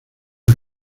las